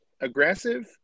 aggressive